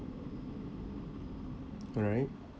alright